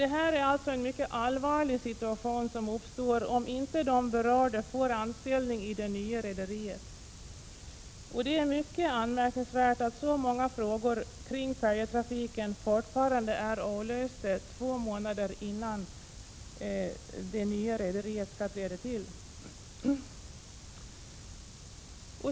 Det är alltså en mycket allvarlig situation som uppstår om inte de berörda får anställning i det nya rederiet, och det är mycket anmärkningsvärt att så många frågor kring färjetrafiken fortfarande är olösta två månader innan det nya rederiet skall träda till.